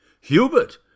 Hubert